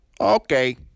Okay